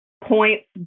points